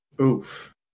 oof